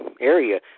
area